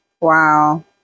Wow